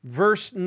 verse